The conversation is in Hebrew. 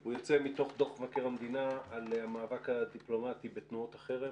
הוא יוצא מתוך דוח מבקר המדינה על המאבק הדיפלומטי בתנועות החרם